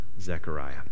Zechariah